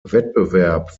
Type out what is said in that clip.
wettbewerb